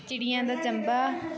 ਚਿੜੀਆਂ ਦਾ ਚੰਬਾ